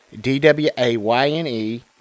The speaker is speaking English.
D-W-A-Y-N-E